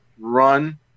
run